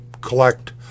collect